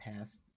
past